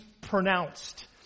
pronounced